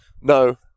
no